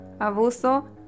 abuso